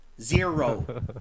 zero